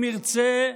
אם ירצה,